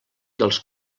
dels